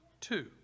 two